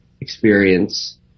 experience